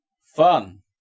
Fun